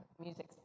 Music